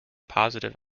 positive